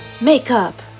Makeup